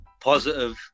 positive